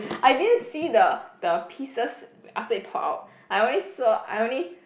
I didn't see the the pieces after it pour out I only saw I only